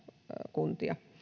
kuntia